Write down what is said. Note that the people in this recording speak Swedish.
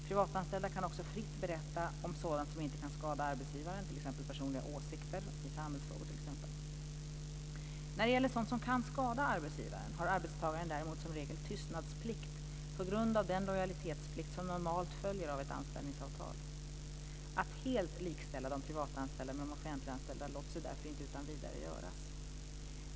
Privatanställda kan också fritt berätta om sådant som inte kan skada arbetsgivaren, t.ex. personliga åsikter i samhällsfrågor. När det gäller sådant som kan skada arbetsgivaren har arbetstagaren däremot som regel tystnadsplikt på grund av den lojalitetsplikt som normalt följer av ett anställningsavtal. Att helt likställa de privatanställda med de offentliganställda låter sig därför inte utan vidare göras.